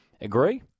Agree